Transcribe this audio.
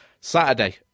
Saturday